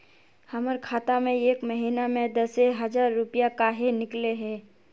हमर खाता में एक महीना में दसे हजार रुपया काहे निकले है?